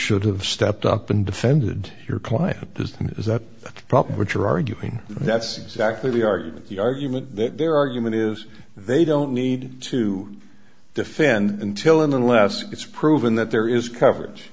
should have stepped up and defended your client this is a problem which are arguing that's exactly the argument the argument that their argument is they don't need to defend until and unless it's proven that there is coverage